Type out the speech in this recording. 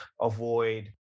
avoid